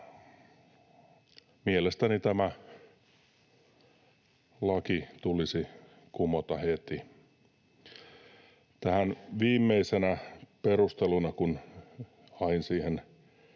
Mielestäni tämä laki tulisi kumota heti. Tähän viimeisenä perusteluna, kun hain ja